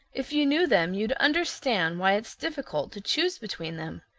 if you knew them you'd understand why it's difficult to choose between them.